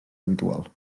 habitual